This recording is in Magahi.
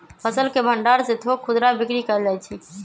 फसल के भण्डार से थोक खुदरा बिक्री कएल जाइ छइ